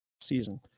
season